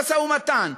למשא-ומתן,